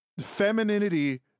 femininity